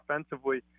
offensively